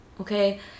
okay